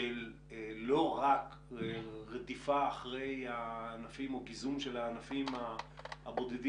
של לא רק רדיפה אחר הענפים או גיזום של הענפים הבודדים,